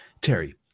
Terry